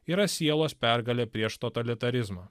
yra sielos pergalė prieš totalitarizmą